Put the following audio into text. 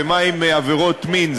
ומה עם עבירות מין,